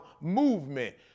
movement